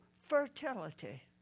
fertility